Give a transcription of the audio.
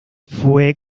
fue